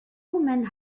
men